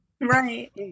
Right